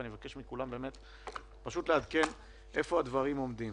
ואני מבקש מכולם פשוט לעדכן איפה הדברים עומדים.